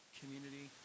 community